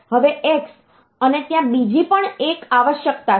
હવે x અને ત્યાં બીજી પણ એક આવશ્યકતા છે